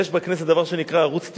יש בכנסת דבר שנקרא ערוץ-99,